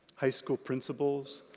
high school principals,